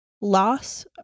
loss